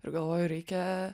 ir galvoju reikia